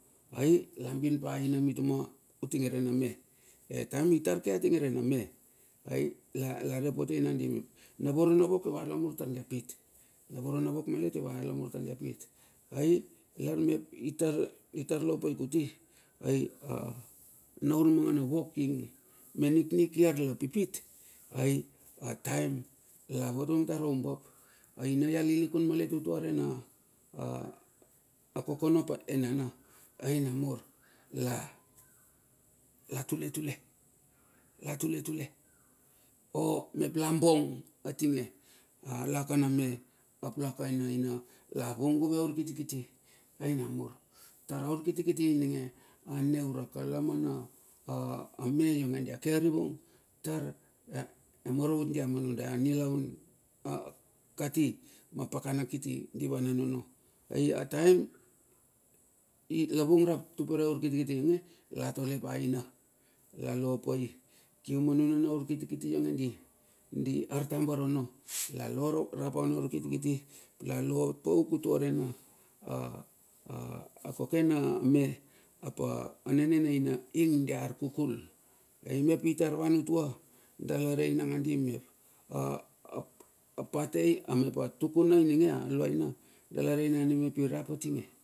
Ai labin pa aina mituma. utinge rina me ai ataem itar ke atinge rena me. lare potei nandi mep navoro navok io va lamur tardia pit. Ai lar mep itar lo pai kuti. Ai anaur mangana wok ing me nik nikiar la pipit a taem la vatung tar oumbap aina ia lilikun malet utuare kokono ap enana. A laen nina naina lavung guve aur kiti kiti ai namur taur auriuti kiti ane ura kalamana me ionge. Dia ke arivung tar ia maravut dia manudia nilaun kati ma pakana kiti ionge la tole pa ina. Lalo pai kium nuna na urkiti kiti ionge diartambar ono. Lalo rapa na urkitikiti lalo rapauk utua re na koke na me apa nane na ina ing dia arkukul a mep itar van utua. Dala rei nangadi mep a pate atukuna dala rei nandi mep irap atinge.